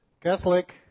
Catholic